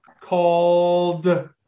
called